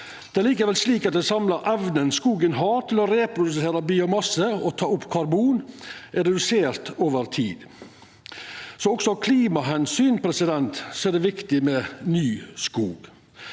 Det er likevel slik at den samla evna skogen har til å reprodusera biomasse og ta opp karbon, er redusert over tid, så også av klimaomsyn er det viktig med ny skog.